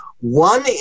one